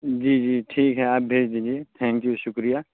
جی جی ٹھیک ہے آپ بھیج دیجیے تھینک یو شکریہ